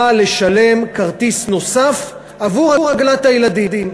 לשלם כרטיס נוסף עבור עגלת הילדים.